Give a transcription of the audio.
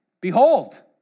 Behold